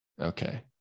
okay